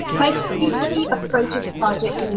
my team usually approaches projects,